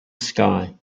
sky